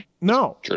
No